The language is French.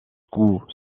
coups